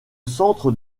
centre